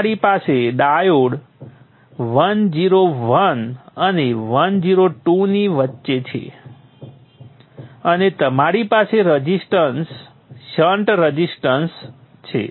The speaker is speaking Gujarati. તમારી પાસે ડાયોડ 101 અને 102 ની વચ્ચે છે અને તમારી પાસે રઝિસ્ટન્સ શન્ટ રઝિસ્ટન્સ છે